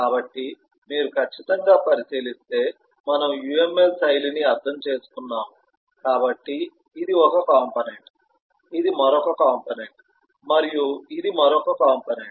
కాబట్టి మీరు ఖచ్చితంగా పరిశీలిస్తే మనము UML శైలిని అర్థం చేసుకున్నాము కాబట్టి ఇది ఒక కంపోనెంట్ ఇది మరొక కంపోనెంట్ మరియు ఇది మరొక కంపోనెంట్